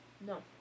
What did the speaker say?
No